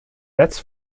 wet